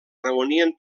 reunien